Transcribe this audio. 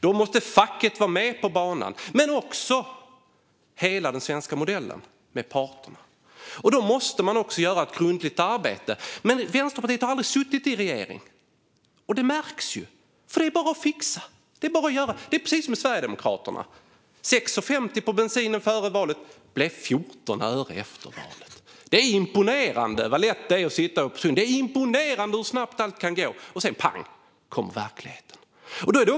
Då måste facket vara med på banan. Det handlar också om hela den svenska modellen med parterna. Då måste man göra ett grundligt arbete. Men Vänsterpartiet har aldrig suttit i en regering, och det märks. Det är bara att fixa, och det är bara att göra. Det är precis som med Sverigedemokraterna. Det talades om 6,50 kronor mindre för bensinen före valet, och det blev 14 öre efter valet. Det är imponerande hur lätt det är att sitta och säga det, och det är imponerande hur snabbt allt kan gå. Sedan kommer verkligheten med ett pang.